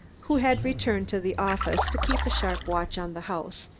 who had returned to the office, to keep a sharp watch on the house,